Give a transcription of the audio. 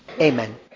Amen